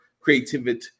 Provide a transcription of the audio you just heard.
creativity